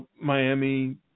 Miami